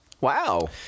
Wow